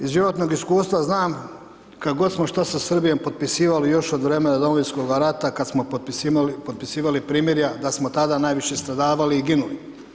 Iz životnog iskustva znam, kada god smo što sa Srbijom potpisivali još iz vremena Domovinskoga rata, kada smo potpisivali primirja, da smo tada najviše stradavali i ginuli.